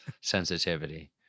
sensitivity